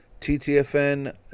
TTFN